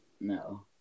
No